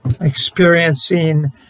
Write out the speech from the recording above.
experiencing